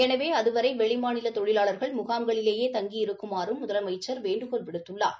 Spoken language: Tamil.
எனவே அதுவரை வெளி மாநில தொழிலாளா்கள் முகாம்களிலேயே தங்கி இருக்குமாறும் முதலமைச்சர் வேண்டுகோள் விடுத்துள்ளார்